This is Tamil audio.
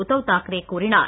உத்தவ் தாக்கரே கூறினார்